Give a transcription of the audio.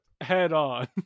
head-on